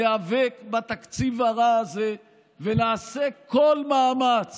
ניאבק בתקציב הרע הזה ונעשה כל מאמץ